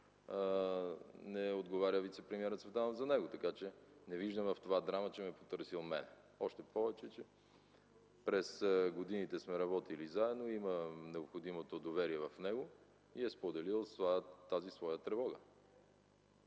не отговоря вицепремиерът Цветанов. Не виждам в това драма, че ме е потърсил мен, още повече през годините сме работили заедно, имам необходимото доверие в него и е споделил тази своя тревога.